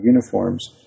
uniforms